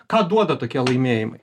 ką duoda tokie laimėjimai